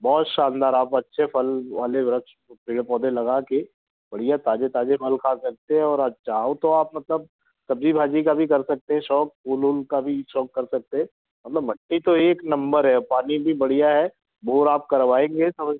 बहुत शानदार आप अच्छे फल वाले वृक्ष और पेड़ पौधे लगा के बढ़िया ताज़े ताज़े फल खा सकते हैं और चाहो तो आप मतलब सब्ज़ी भाजी का भी कर सकते हैं शौक़ फूल ऊल का भी शौक़ कर सकते हैं मतलब मिट्टी तो एक नंबर है पानी भी बढ़िया है बोर आप करवाएंगे तो